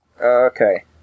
Okay